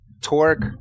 Torque